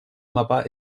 mapa